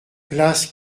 place